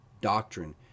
doctrine